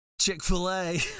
Chick-fil-A